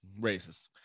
Racist